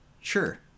sure